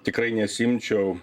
tikrai nesiimčiau